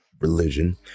religion